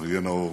אריה נאור